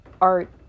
art